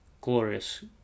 ...glorious